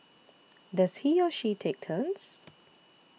does he or she take turns